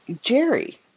Jerry